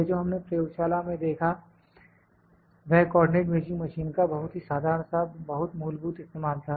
यह जो हमने प्रयोगशाला में देखा वह कोऑर्डिनेट मेजरिंग मशीन का बहुत ही साधारण या बहुत मूलभूत इस्तेमाल था